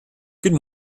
good